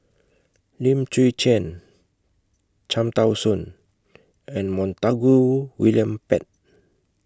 Lim Chwee Chian Cham Tao Soon and Montague William Pett